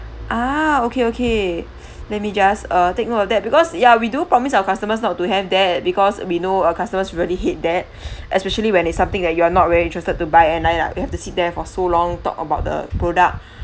ah okay okay let me just uh take note of that because yeah we do promise our customers not to have that because we know our customers really hate that especially when it's something that you are not really interested to buy and like that we have to sit there for so long talk about the product